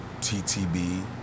TTB